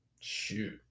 Shoot